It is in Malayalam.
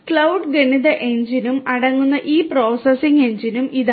ക്ലൌഡും ഗണിത എഞ്ചിനും അടങ്ങുന്ന ഈ പ്രോസസ്സിംഗ് എഞ്ചിനും ഇതാണ്